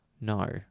No